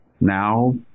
now